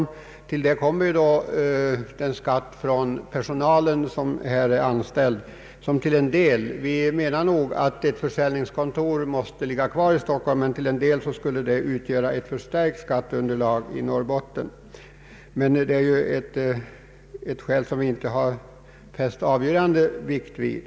Men till summan 1,4 miljoner skall läggas skatten från en del personal som skulle flyttas — man får troligen behålla ett försäljningskontor i Stockholm om huvudkontoret flyttas. Det hela skulle dock förstärka skatteunderlaget i Norrbotten. Detta är dock ett skäl som vi inte har lagt avgörande vikt vid.